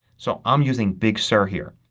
so i'm using big sur here.